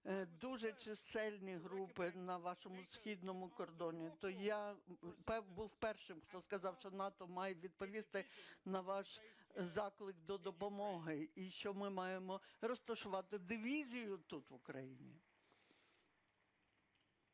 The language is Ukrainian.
дуже чисельні групи на вашому східному кордоні, то я був першим, хто сказав, що НАТО має відповісти на ваш заклик до допомоги і що ми маємо розташувати дивізію тут, в Україні.